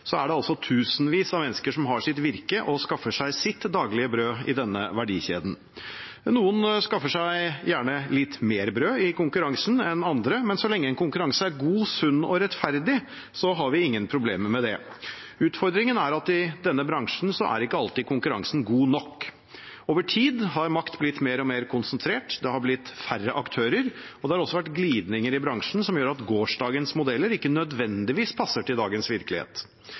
så rart. Dagligvarebransjen er innenfor veldig mange områder vår aller viktigste bransje – fra fiskeren, bonden og råvareimportøren via næringsmiddelindustrien, distributører og til utallige handlere og kjøpmenn. Det er altså tusenvis av mennesker som har sitt virke og skaffer seg sitt daglige brød i denne verdikjeden. Noen skaffer seg gjerne litt mer brød i konkurransen enn andre, men så lenge en konkurranse er god, sunn og rettferdig, har vi ingen problemer med det. Utfordringen er at i denne bransjen er ikke alltid konkurransen god nok. Over tid har makt blitt mer og mer konsentrert, det har blitt færre aktører, og det har også vært